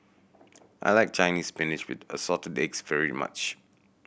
I like Chinese Spinach with Assorted Eggs very much